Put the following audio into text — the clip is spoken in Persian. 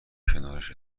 کنارش